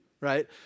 right